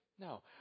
No